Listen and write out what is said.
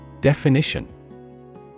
Definition